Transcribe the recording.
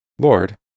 Lord